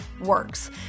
works